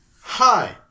Hi